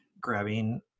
grabbing